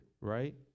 Right